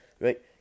Right